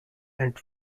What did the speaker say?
and